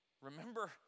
remember